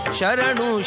Sharanu